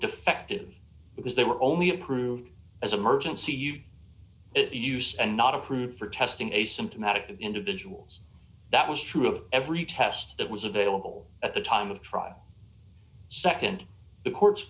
defective because they were only approved as a merchant say you use and not approved for testing asymptomatic individuals that was true of every test that was available at the time of trial nd the court